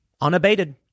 unabated